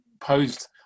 posed